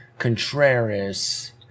Contreras